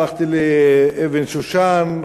הלכתי למילון אבן-שושן,